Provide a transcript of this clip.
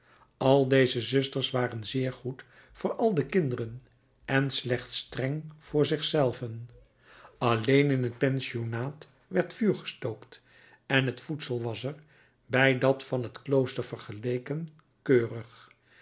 al deze zusters waren zeer goed voor al de kinderen en slechts streng voor zich zelven alleen in het pensionaat werd vuur gestookt en het voedsel was er bij dat van het klooster vergeleken keurig